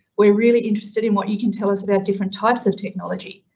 we're really interested in what you can tell us about different types of technology.